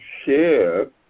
share